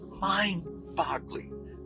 Mind-boggling